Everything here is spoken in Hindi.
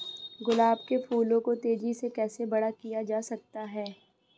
गुलाब के फूलों को तेजी से कैसे बड़ा किया जा सकता है?